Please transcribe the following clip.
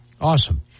Awesome